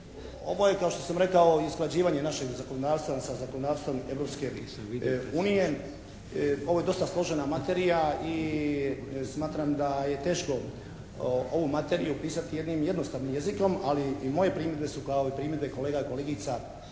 Ovo je kao što sam rekao izglađivanje našeg zakonodavstva sa zakonodavstvom Europske unije. Ovo je dosta složena materija i smatram da je teško ovu materiju opisati jednim jednostavnim jezikom, ali i moje primjedbe su kao i primjedbe kolega i kolegica